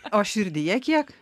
o širdyje kiek